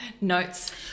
notes